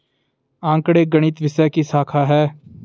आंकड़े गणित विषय की शाखा हैं